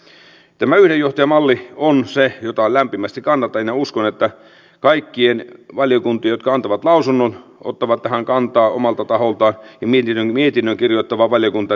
tämä yhden johtajan malli on se jota lämpimästi kannatan ja uskon että kaikki valiokunnat jotka antavat lausunnon ottavat tähän kantaa omalta taholtaan ja mietinnön kirjoittava valiokunta tietenkin myös